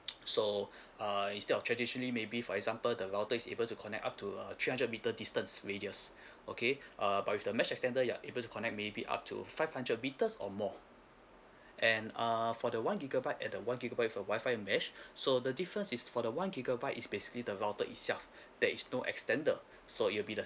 so uh instead of traditionally maybe for example the router is able to connect up to err three hundred meter distance radius okay err but with the mesh extender you're able to connect maybe up to five hundred meters or more and err for the one gigabyte at the gigabyte with a wifi mesh so the difference is for the one gigabyte is basically the router itself there is no extender so it'll be the